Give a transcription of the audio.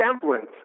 semblance